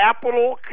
capital